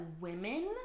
women